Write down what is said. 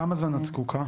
כמה זמן את זקוקה?